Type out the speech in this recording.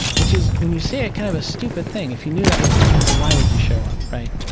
which is, when you say it, kind of a stupid thing. if you knew that was gonna happen, why would you show up, right?